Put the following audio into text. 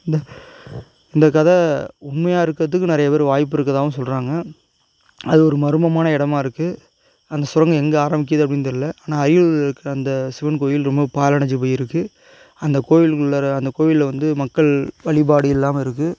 இந்த இந்த கதை உண்மையாக இருக்கறதுக்கும் நிறைய பேர் வாய்ப்பு இருக்குறதாகவும் சொல்லுறாங்க அது ஒரு மர்மமான எடமாக இருக்கு அந்த சுரங்கம் எங்க ஆரமிக்கிது அப்படின்னு தெரியல ஆனால் அரியலூரில் இருக்க அந்த சிவன் கோயில் ரொம்ப பாழடஞ்சு போய் இருக்கு அந்த கோயில் உள்ளாற அந்த கோயிலை வந்து மக்கள் வழிபாடு இல்லாமல் இருக்கு